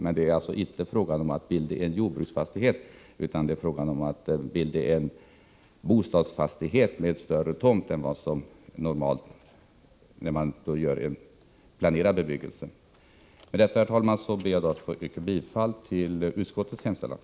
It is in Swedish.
Men det är alltså inte fråga om att bilda en jordbruksfastighet utan om att bilda en bostadsfastighet med större tomt än vad som är normalt när det gäller en planerad bebyggelse. Herr talman! Med detta ber jag att få yrka bifall till utskottets hemställan.